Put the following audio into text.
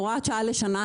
הוראת שעה לשנה,